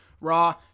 Raw